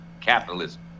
capitalism